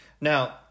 Now